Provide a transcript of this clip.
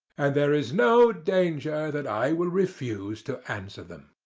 and there is no danger that i will refuse to answer them.